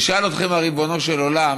ישאל אתכם ריבונו של עולם: